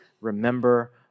remember